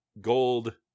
gold